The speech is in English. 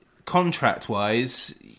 Contract-wise